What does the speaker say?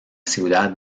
ciudad